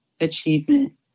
achievement